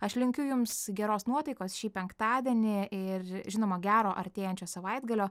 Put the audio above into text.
aš linkiu jums geros nuotaikos šį penktadienį ir žinoma gero artėjančio savaitgalio